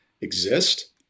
exist